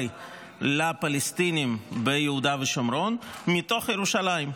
לפלסטינים ביהודה ושומרון מתוך ירושלים,